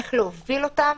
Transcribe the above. איך להוביל אותם.